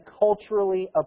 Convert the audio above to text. culturally